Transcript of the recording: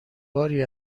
باری